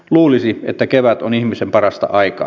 luulisi että kevät on ihmisen parasta aikaa